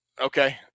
Okay